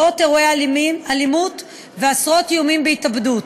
מאות אירועי אלימות ועשרות איומים בהתאבדות.